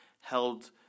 held